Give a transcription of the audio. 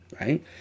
Right